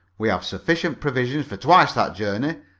we have sufficient provisions for twice that journey,